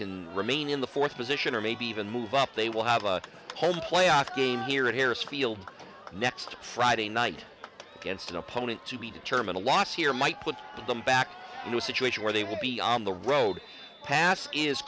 can remain in the fourth position or maybe even move up they will have a home playoff game here at harrah's field next friday night against an opponent to be determined a loss here might put them back in a situation where they will be on the road past is